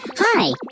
Hi